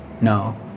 no